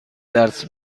درس